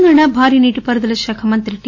తెలంగాణ భారీ నీటిపారుదల శాఖ మంత్రి టి